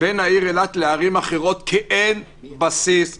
בין העיר אילת לערים אחרות, כי אין בסיס להשוואה.